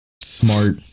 smart